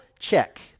check